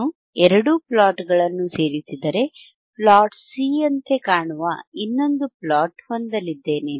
ನಾನು ಎರಡೂ ಪ್ಲಾಟ್ಗಳನ್ನು ಸೇರಿಸಿದರೆ ಪ್ಲಾಟ್ ಸಿ ಯಂತೆ ಕಾಣುವ ಇನ್ನೊಂದು ಪ್ಲಾಟ್ ಹೊಂದಲಿದ್ದೇನೆ